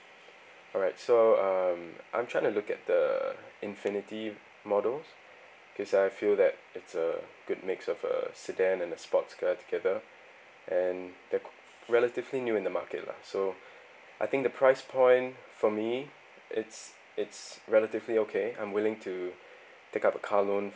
alright so um I'm trying to look at the infinity models cause I feel that it's a good mix of a sedan and a sports car together and they're relatively new in the market lah so I think the price point for me it's it's relatively okay I'm willing to take up a car loan